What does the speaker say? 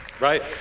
right